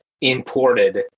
imported